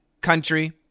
country